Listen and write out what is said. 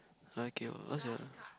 ah K what's your